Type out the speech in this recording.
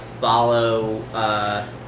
follow